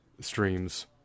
Streams